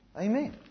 Amen